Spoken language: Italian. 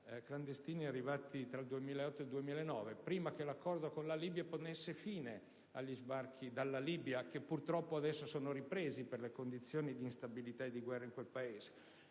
clandestini arrivati tra il 2008 e il 2009, prima che l'accordo con la Libia ponesse fine agli sbarchi dalla Libia, che purtroppo adesso sono ripresi per le condizioni di instabilità e di guerra in quel Paese.